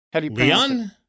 Leon